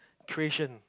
creation